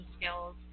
skills